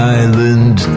island